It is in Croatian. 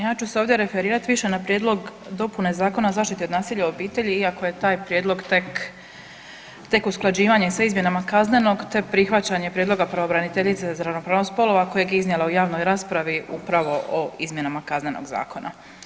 Ja ću se ovdje referirati više na prijedlog dopune Zakona o zaštiti nasilja u obitelji iako je taj prijedlog tek usklađivanje sa izmjenama Kaznenog te prihvaćanje prijedloga pravobraniteljice za ravnopravnost spolova kojeg je iznijela u javnoj raspravu upravo o izmjenama Kaznenog zakona.